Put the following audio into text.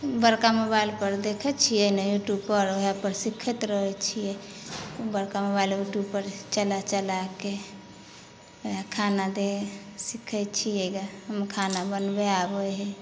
बड़का मोबाइल पर देखै छियै ने यूट्यूब पर वहए पर सीखैत रहै छियै बड़का मोबाइल यूट्यूब पर चला चलाके वहए खाना दै हइ सीखै छियै हम खाना बनबै आबै हइ